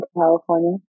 California